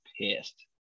pissed